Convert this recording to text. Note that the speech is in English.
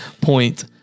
point